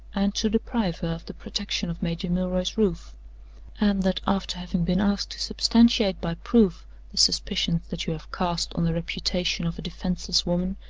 and to deprive her of the protection of major milroy's roof and that, after having been asked to substantiate by proof the suspicions that you have cast on the reputation of a defenseless woman,